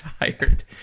tired